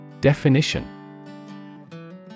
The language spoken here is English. Definition